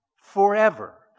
Forever